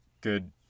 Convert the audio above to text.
good